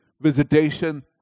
visitation